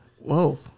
whoa